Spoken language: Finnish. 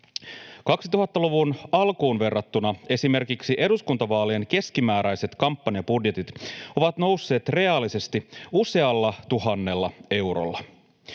2000-luvun alkuun verrattuna esimerkiksi eduskuntavaalien keskimääräiset kampanjabudjetit ovat nousseet reaalisesti usealla tuhannella eurolla.